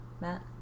Matt